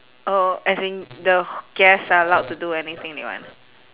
oh as in the h~ guests are allowed to do anything they want